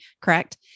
Correct